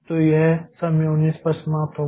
तो यह समय 19 पर समाप्त होगा